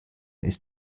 ist